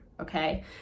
Okay